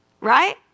right